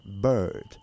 bird